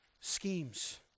schemes